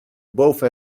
boven